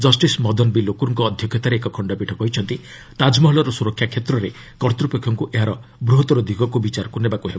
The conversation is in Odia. ଜଷ୍ଟିସ୍ ମଦନ ବି ଲୋକୁରଙ୍କ ଅଧ୍ୟକ୍ଷତାରେ ଏକ ଖଣ୍ଡପୀଠ କହିଛନ୍ତି ତାକମହଲ୍ର ସୁରକ୍ଷା କ୍ଷେତ୍ରରେ କର୍ତ୍ତ୍ୱପକ୍ଷଙ୍କୁ ଏହାର ବୃହତ୍ତର ଦିଗକୁ ବିଚାରକୁ ନେବାକୁ ହେବ